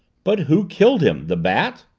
but who killed him? the bat?